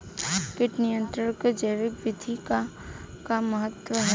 कीट नियंत्रण क जैविक विधि क का महत्व ह?